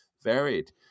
varied